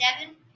seven